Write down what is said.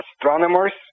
Astronomers